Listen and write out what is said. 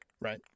Right